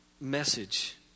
message